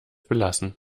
belassen